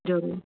ज़रूरु